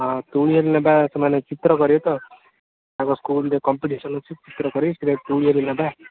ହଁ ତୁଳୀ ନେବା ସେମାନେ ଚିତ୍ର କରିବେ ତ ତାଙ୍କ ସ୍କୁଲ୍ ରେ କମ୍ପିଟିସନ୍ ଅଛି ଚିତ୍ର କରି ସେଇଟା ତୁଳୀ ନବା